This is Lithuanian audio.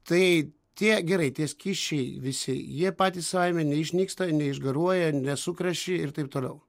tai tie gerai tie skysčiai visi jie patys savaime neišnyksta neišgaruoja nesukreši ir taip toliau